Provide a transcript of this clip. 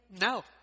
No